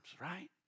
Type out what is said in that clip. right